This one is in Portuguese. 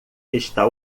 está